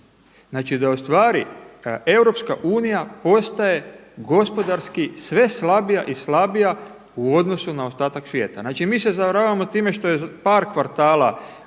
Znači da ustvari Europska unija postaje gospodarski sve slabija i slabija u odnosu na ostatak svijeta. Znači mi se zavaravamo time što je par kvartala